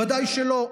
ודאי שלא.